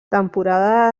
temporada